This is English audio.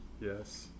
Yes